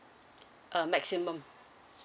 uh maximum